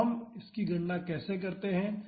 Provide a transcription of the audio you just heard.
तो हम इसकी गणना कैसे करते हैं